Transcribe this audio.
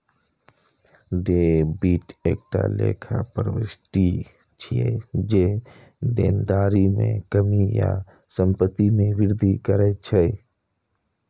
debit एकटा लेखा प्रवृष्टि छियै, जे देनदारी मे कमी या संपत्ति मे वृद्धि करै छै